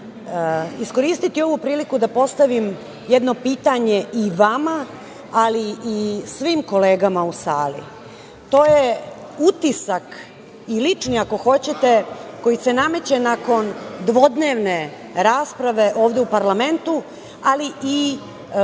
iskoristiti ovu priliku da postavim jedno pitanje i vama, a i svim kolegama u sali. To je utisak i lični, ako hoćete, koji se nameće nakon dvodnevne rasprave ovde u parlamentu, ali i